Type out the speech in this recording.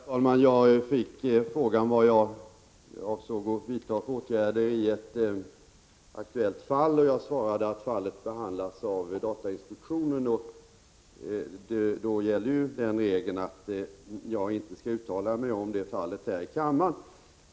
Herr talman! Jag fick frågan vilka åtgärder jag avsåg att vidta i ett aktuellt fall, och jag svarade att fallet behandlas av datainspektionen. Då gäller ju den regeln att jag inte skall uttala mig om detta fall här i kammaren.